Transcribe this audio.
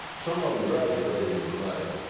some of them graduated in may.